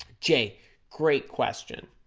jay great question